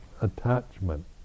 attachment